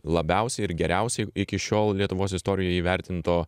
labiausiai ir geriausiai iki šiol lietuvos istorijoj įvertinto